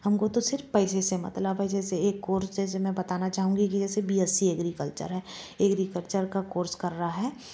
हमको तो सिर्फ पैसे से मतलब है जैसे एक कोर्सस से मैं बताना चाहूंगी कि जैसे बी एस सी एग्रीकल्चर है एग्रीकल्चर का कोर्स कर रहा है